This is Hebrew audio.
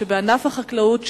בענף החקלאות,